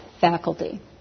faculty